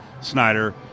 Snyder